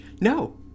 No